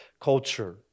culture